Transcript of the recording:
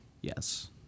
Yes